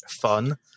fun